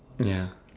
ya